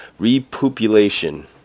repopulation